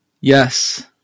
Yes